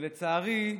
לצערי,